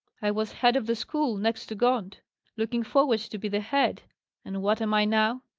i was head of the school, next to gaunt looking forward to be the head and what am i now?